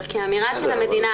אבל כאמירה של המדינה,